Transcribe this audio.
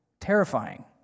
Terrifying